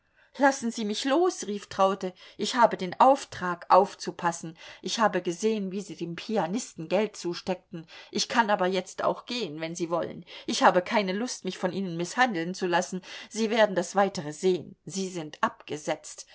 lassen sie mich los rief traute ich habe den auftrag aufzupassen ich habe gesehen wie sie dem pianisten geld zusteckten ich kann aber jetzt auch gehen wenn sie wollen ich habe keine lust mich von ihnen mißhandeln zu lassen sie werden das weitere sehen sie sind abgesetzt